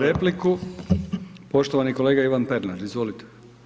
repliku, poštovani kolega Ivan Pernar, izvolite.